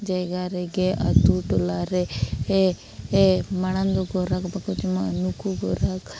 ᱡᱟᱭᱜᱟ ᱨᱮᱜᱮ ᱟᱛᱳ ᱴᱚᱞᱟ ᱨᱮᱜᱮ ᱦᱮ ᱦᱮ ᱢᱟᱲᱟᱝ ᱫᱚ ᱜᱚᱨᱦᱟᱠᱚ ᱵᱟᱠᱚ ᱡᱚᱢᱟ ᱩᱱᱠᱩ ᱜᱚᱨᱦᱟᱠ